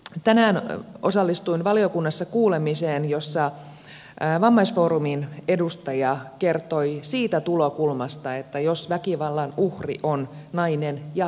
tänään osallistuin valiokunnassa kuulemiseen jossa vammaisfoorumin edustaja kertoi siitä tulokulmasta että väkivallan uhri on nainen ja vammainen nainen